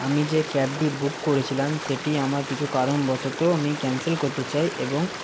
আমি যে ক্যাবটি বুক করেছিলাম সেটি আমার কিছু কারণবশত আমি ক্যান্সেল করতে চাই এবং